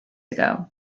ago